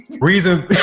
reason